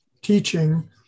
teaching